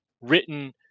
written